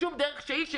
בשום דרך שהיא?